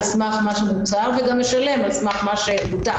סמך מה שמוצהר וגם משלם על סמך מה שבוטח.